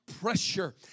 pressure